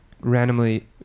randomly